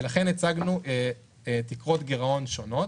ולכן הצגנו תקרות גירעון שונות.